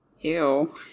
Ew